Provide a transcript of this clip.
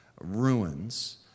ruins